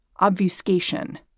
obfuscation